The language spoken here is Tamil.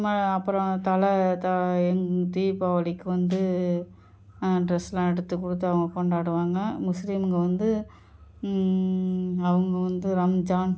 ம அப்புறம் தலை த எங் தீபாவளிக்கு வந்து ட்ரெஸ்லாம் எடுத்து கொடுத்து அவங்க கொண்டாடுவாங்க முஸ்லீமுங்க வந்து அவங்க வந்து ரம்ஜான்